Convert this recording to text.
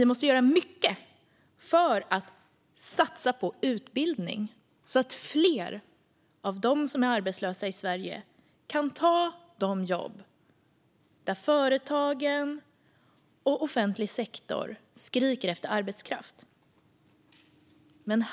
Vi måste göra mycket för att satsa på utbildning så att fler av dem som är arbetslösa i Sverige kan ta de jobb där företagen och offentlig sektor skriker efter arbetskraft.